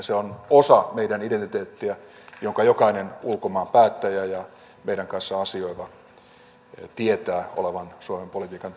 se on osa meidän identiteettiämme ja jokainen ulkomaanpäättäjä ja meidän kanssamme asioiva tietää sen olevan suomen politiikan tärkeä osa